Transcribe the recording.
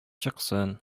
чыксын